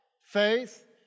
faith